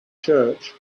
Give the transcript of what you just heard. church